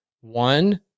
One